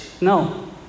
no